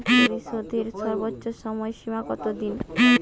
ঋণ পরিশোধের সর্বোচ্চ সময় সীমা কত দিন?